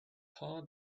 heart